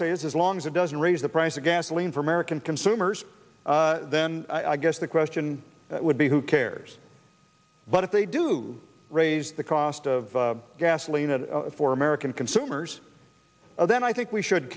say is as long as it doesn't raise the price of gasoline for american consumers then i guess the question would be who cares but if they do raise the cost of gasoline for american consumers then i think we should